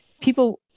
people